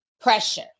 Pressure